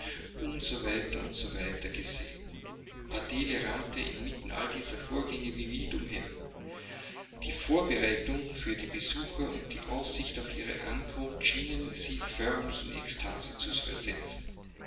w gesehen adele rannte inmitten all dieser vorgänge wie wild umher die vorbereitungen für die besucher und die aussicht auf ihre ankunft schienen sie förmlich in extase zu versetzen